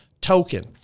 token